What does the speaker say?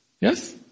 Yes